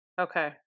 Okay